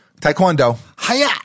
Taekwondo